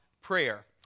prayer